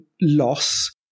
loss